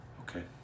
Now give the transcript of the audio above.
Okay